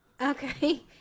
Okay